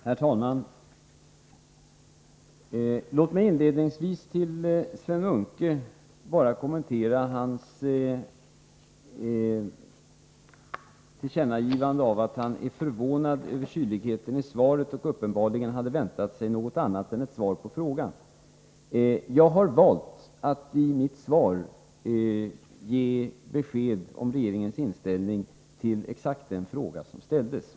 Herr talman! Låt mig inledningsvis kommentera Sven Munkes tillkännagivande, att han är förvånad över kyligheten i svaret. Sven Munke hade uppenbarligen väntat sig något annat än ett svar på frågan. Jag har valt att i mitt svar ge besked om regeringens inställning till exakt den fråga som ställdes.